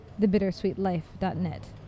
thebittersweetlife.net